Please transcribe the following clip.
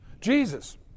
Jesus